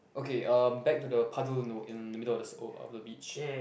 okay um back to the puddle no in the middle s~ of the beach